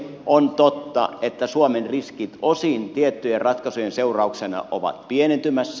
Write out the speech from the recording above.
on totta että suomen riskit osin tiettyjen ratkaisujen seurauksena ovat pienentymässä